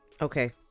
Okay